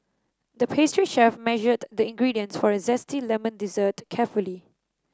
the pastry chef measured the ingredients for a zesty lemon dessert carefully